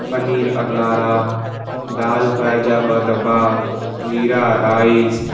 पनीर अंगारा दालि फ्राए जा ॿ दॿा जीरा राइज़